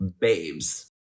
babes